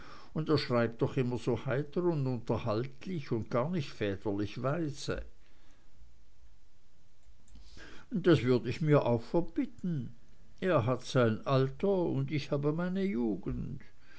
und er schreibt doch immer so heiter und unterhaltlich und gar nicht väterlich weise das würde ich mir auch verbitten er hat sein alter und ich habe meine jugend